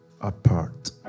apart